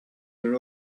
your